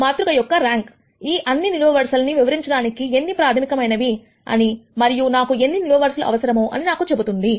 మాతృక యొక్క ర్యాంక్ ఈ అన్ని నిలువు వరుసలనీ వివరించడానికి ఎన్ని ప్రాథమికమైనవి అని మరియు నాకు ఎన్ని నిలువు వరుసలు అవసరము అని నాకు చెబుతుంది